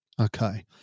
Okay